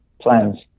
plans